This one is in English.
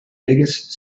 biggest